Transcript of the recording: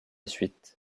suite